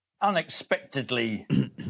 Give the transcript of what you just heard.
unexpectedly